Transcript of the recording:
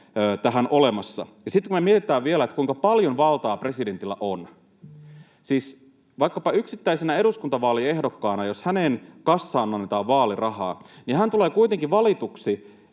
tähän olemassa. Sitten kun me mietitään vielä, kuinka paljon valtaa presidentillä on: Vaikkapa yksittäinen eduskuntavaaliehdokas, jos hänen kassaansa annetaan vaalirahaa, tulee kuitenkin valituksi